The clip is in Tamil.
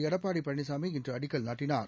எடப்பாடிபழனிசாமி இன்றுஅடிக்கல் நாட்டினார்